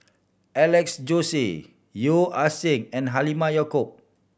Alex Josey Yeo Ah Seng and Halimah Yacob